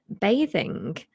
bathing